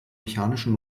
mechanischen